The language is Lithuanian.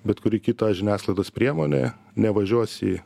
bet kuri kita žiniasklaidos priemonė nevažiuos į